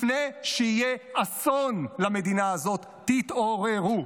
לפני שיהיה אסון למדינה הזאת, תתעוררו.